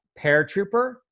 paratrooper